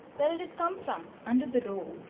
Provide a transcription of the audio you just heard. but did it come from? under the door.